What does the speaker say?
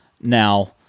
now